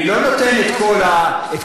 אני לא נותן את כל המשנה,